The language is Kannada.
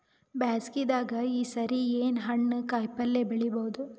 ಬ್ಯಾಸಗಿ ದಾಗ ಈ ಸರಿ ಏನ್ ಹಣ್ಣು, ಕಾಯಿ ಪಲ್ಯ ಬೆಳಿ ಬಹುದ?